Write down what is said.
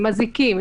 עם אזיקים,